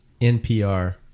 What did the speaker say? NPR